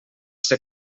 ser